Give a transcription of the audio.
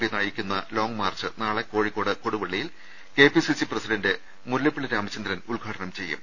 P നയിക്കുന്ന long march നാളെ കോഴിക്കോട് കൊടുവ ള്ളിയിൽ K P C C president Mullappally Ramachandran ഉദ്ഘാടനം ചെയ്യും